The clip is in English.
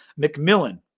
McMillan